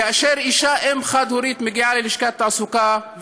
כאשר אישה שהיא אם חד-הורית מגיעה ללשכת התעסוקה,